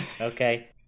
okay